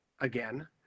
again